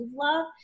love